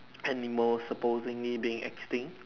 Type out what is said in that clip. animals supposing being extinct